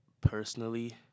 personally